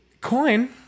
coin